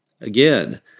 Again